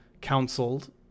counseled